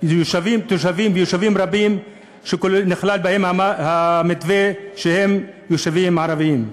שיישובים רבים שנכללים במתווה הם יישובים ערביים.